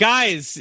Guys